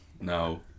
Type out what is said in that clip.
No